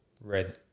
Red